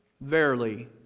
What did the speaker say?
verily